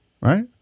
right